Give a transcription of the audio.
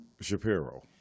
Shapiro